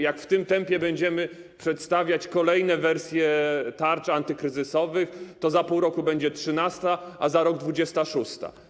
Jak w tym tempie będziemy przedstawiać kolejne wersje tarcz antykryzysowych, to za pół roku będzie trzynasta, a za rok dwudziesta szósta.